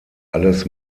alles